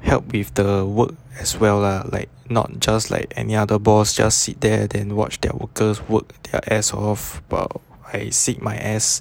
help with the work as well lah like not just like any other boss just sit there than watch their workers work their ass off but I sit my ass